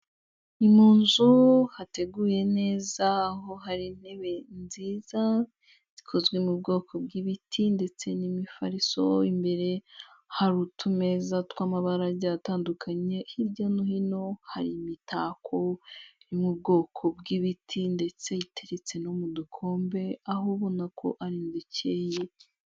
Ni mu nzu hateguye neza aho hari intebe nziza zikozwe mu bwoko bw'ibiti ndetse n'imifariso, imbere hari utumeza tw'amabara agiye atandukanye, hirya no hino hari imitako yo mu bwoko bw'ibiti ndetse iteretse no mu dukombe, aho ubona ko ari inzu ikeye.